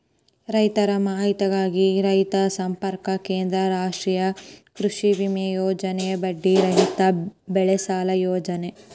ರೈತರ ಮಾಹಿತಿಗಾಗಿ ರೈತ ಸಂಪರ್ಕ ಕೇಂದ್ರ, ರಾಷ್ಟ್ರೇಯ ಕೃಷಿವಿಮೆ ಯೋಜನೆ, ಬಡ್ಡಿ ರಹಿತ ಬೆಳೆಸಾಲ ಯೋಜನೆ